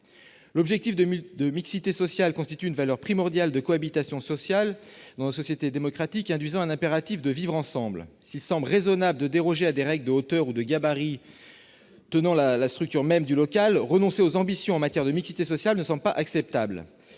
L'objectif de mixité sociale constitue une valeur primordiale de cohabitation sociale dans nos sociétés démocratiques, induisant un impératif de « vivre ensemble ». S'il semble raisonnable de déroger à des règles de hauteur ou de gabarit tenant à la structure même du local, renoncer aux ambitions en matière de mixité sociale ne semble pas acceptable.